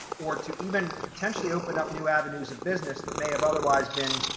or to even potentially open up new avenues of business that may have otherwise been,